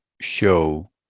show